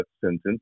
sentence